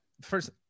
first